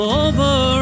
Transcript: over